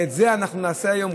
ואת זה נעשה היום,